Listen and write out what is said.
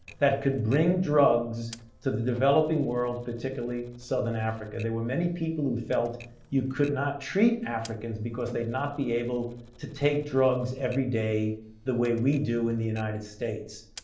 that could bring drugs to the developing world, particularly southern africa. there were many people who felt you could not treat africans because they would not be able to take drugs every day the way we do in the united states.